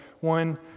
one